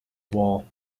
wall